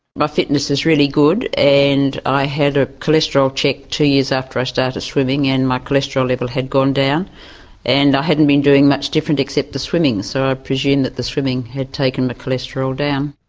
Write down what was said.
my fitness is really good and i had a cholesterol check two years after i started swimming and my cholesterol level had gone down and i hadn't been doing much different except the swimming so i presume that the swimming had taken my cholesterol down.